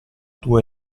tua